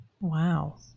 Wow